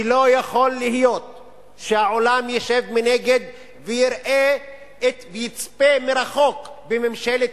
ולא יכול להיות שהעולם ישב מנגד ויצפה מרחוק בממשלת